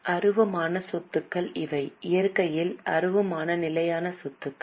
அருவமான சொத்துகள் இவை இயற்கையில் அருவமான நிலையான சொத்துக்கள்